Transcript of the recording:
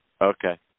Okay